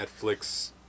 Netflix